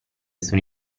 sono